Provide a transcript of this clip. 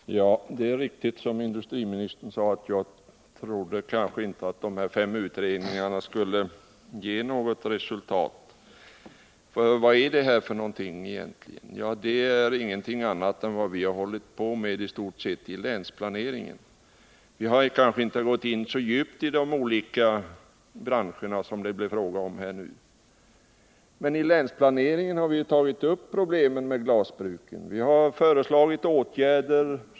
Herr talman! Det är riktigt som industriministern sade, att jag inte trodde att de här fem utredningarna skulle ge något resultat. Vad är det här för någonting egentligen? Det är i stort sett ingenting annat än vad vi hållit på med i länsplaneringen. Vi har kanske inte gått så djupt in på de olika branscherna som det nu blir fråga om. Men i länsplaneringen har vi tagit upp problemen med glasbruken, och vi har föreslagit åtgärder.